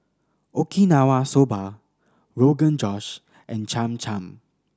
Okinawa Soba Rogan Josh and Cham Cham